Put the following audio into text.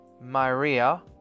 Maria